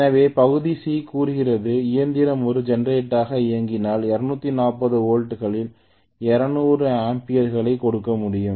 எனவே பகுதி சி கூறுகிறது இயந்திரம் ஒரு ஜெனரேட்டராக இயங்கினால் 240 வோல்ட்டுகளில் 200 ஆம்பியர்களைக் கொடுக்க முடியும்